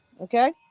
Okay